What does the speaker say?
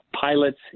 pilots